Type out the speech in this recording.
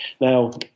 Now